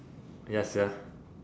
yes